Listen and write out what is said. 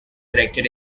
erected